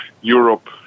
Europe